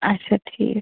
آچھا ٹھیٖک